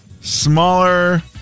smaller